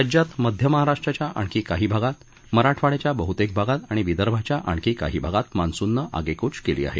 राज्यात मध्य महाराष्ट्राच्या आणखी काही भागात मराठवाड्याच्या बहुतेक भागात आणि विदर्भाच्या आणखी काही भागात मान्सूननं आगेकूच केली आहे